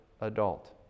adult